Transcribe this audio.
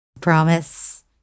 Promise